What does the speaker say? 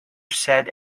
said